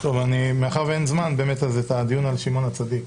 מאחר ואין זמן, את הדיון על שמעון הצדיק